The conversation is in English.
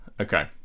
Okay